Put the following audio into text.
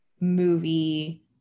movie